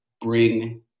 bring